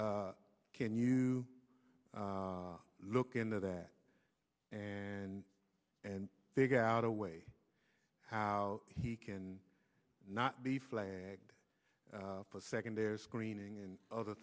lou can you look into that and and figure out a way how he can not be flagged for secondary screening and other